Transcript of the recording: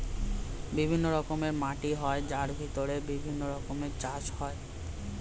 বিভিন্ন রকমের মাটি হয় যার ভিত্তিতে বিভিন্ন রকমের চাষ হয়